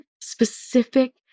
specific